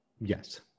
yes